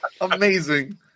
Amazing